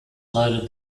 loaded